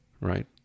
right